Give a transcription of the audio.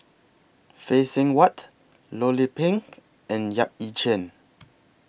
Phay Seng Whatt Loh Lik Peng and Yap Ee Chian